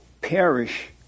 perish